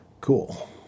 Cool